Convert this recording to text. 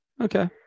Okay